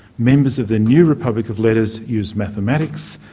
members of the new republic of letters used mathematics,